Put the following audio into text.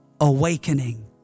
awakening